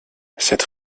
cette